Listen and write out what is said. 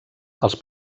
els